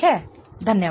Thank you धन्यवाद